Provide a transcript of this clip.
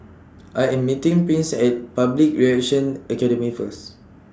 I Am meeting Prince At Public Relations Academy First